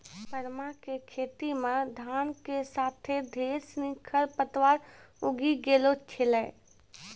परमा कॅ खेतो मॅ धान के साथॅ ढेर सिनि खर पतवार उगी गेलो छेलै